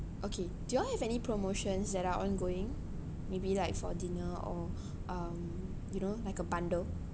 okay do y'all have any promotions that are ongoing maybe like for dinner or um you know like a bundle